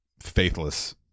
faithless